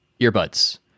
earbuds